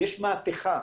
יש מהפכה,